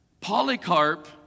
Polycarp